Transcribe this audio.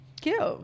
Cute